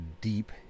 deep